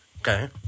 Okay